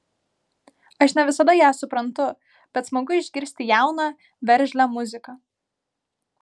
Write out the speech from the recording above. aš ne visada ją suprantu bet smagu išgirsti jauną veržlią muziką